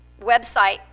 website